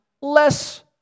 less